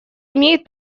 имеет